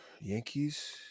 Yankees